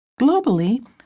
Globally